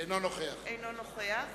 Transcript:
אינו נוכח